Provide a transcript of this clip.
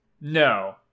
No